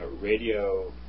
Radio